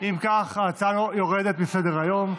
אם כך, ההצעה יורדת מסדר-היום.